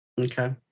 Okay